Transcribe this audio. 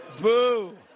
Boo